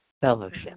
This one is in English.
fellowship